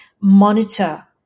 monitor